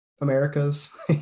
America's